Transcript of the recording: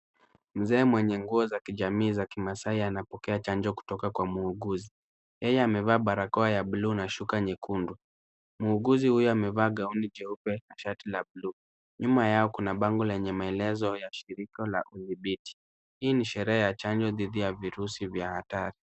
Mzee mwenye nguo za kijamii za kimasai anapokea chanjo kutoka kwa muuguzi. Yeye amevaa barakoa ya buluu na shuka nyekundu. Muuguzi huyo amevaa gauni jeupe na shati la buluu. Nyuma yao kuna bango lenye maelezo la shirika la kudhibiti. Hii ni sherehe ya chanjo dhidi ya virusi vya hatari.